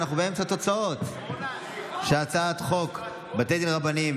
ההצעה להעביר את הצעת חוק בתי הדין הרבניים